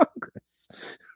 Congress